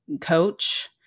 coach